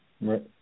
Right